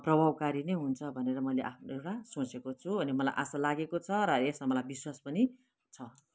प्रभावकारी नै हुन्छ भनेर मैले आफ्नो एउटा सोचेको छु अनि मलाई आशा लागेको छ र यसमा मलाई विश्वास पनि छ